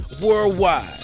worldwide